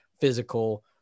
physical